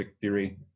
Theory